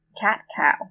cat-cow